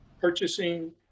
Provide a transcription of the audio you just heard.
purchasing